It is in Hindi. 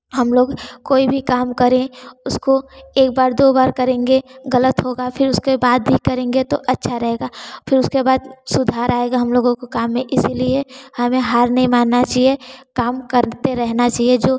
हम लोग कोई भी काम करें उसको एक बार दो बार करेंगे गलत होगा फिर उसके बाद भी करेंगे तो अच्छा रहेगा फिर उसके बाद सुधार आएगा हम लोगों को काम में इसलिए हमें हार नहीं मानना चाहिए काम करते रहना चाहिए जो